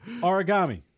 Origami